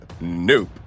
nope